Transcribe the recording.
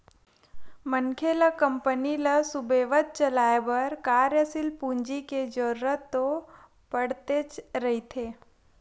मनखे ल कंपनी ल सुबेवत चलाय बर कार्यसील पूंजी के जरुरत तो पड़तेच रहिथे